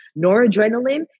Noradrenaline